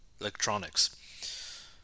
electronics